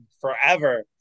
forever